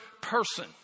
person